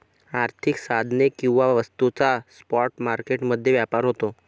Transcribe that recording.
आर्थिक साधने किंवा वस्तूंचा स्पॉट मार्केट मध्ये व्यापार होतो